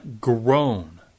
groan